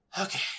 okay